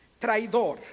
Traidor